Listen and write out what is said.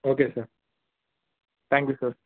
okay sir thank you sir